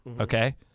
Okay